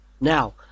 Now